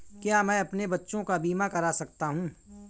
क्या मैं अपने बच्चों का बीमा करा सकता हूँ?